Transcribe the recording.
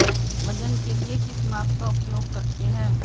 वजन के लिए किस माप का उपयोग करते हैं?